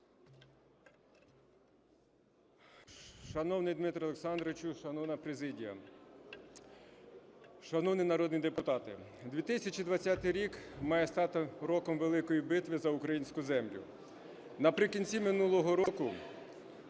Шановний Дмитре Олександровичу, шановна президія, шановні народні депутати! 2020 рік має стати роком великої битви за українську землю. Наприкінці минулого року